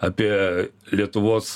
apie lietuvos